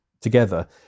together